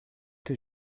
que